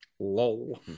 lol